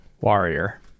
warrior